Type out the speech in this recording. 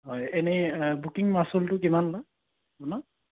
হয় এনেই বুকিং মাচুলটো কিমান বা